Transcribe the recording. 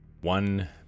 one